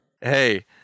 Hey